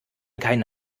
keinen